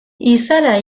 izara